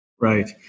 Right